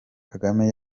kagame